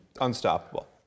unstoppable